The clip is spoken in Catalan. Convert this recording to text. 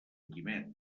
quimet